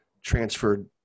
transferred